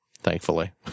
thankfully